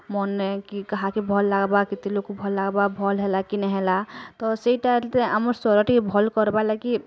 ମନେ କି କାହାକେ ଭଲ୍ ଲାଗ୍ବା କେତେ ଲୁକ୍ ଭଲ୍ ଲାଗ୍ବା ଭଲ୍ ହେଲା କି ନାଇଁ ହେଲା ତ ସେଇଟା ଆମର୍ ସ୍ଵର ଟିକେ ଭଲ୍ କର୍ବା ଲାଗିର୍